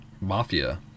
mafia